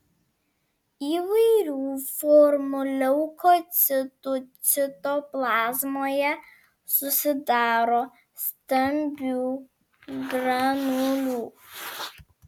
įvairių formų leukocitų citoplazmoje susidaro stambių granulių